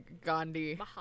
Gandhi